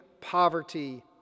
poverty